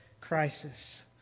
crisis